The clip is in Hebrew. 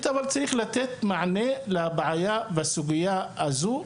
אבל צריך לתת מענה לבעיה ולסוגיה הזו,